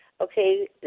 Okay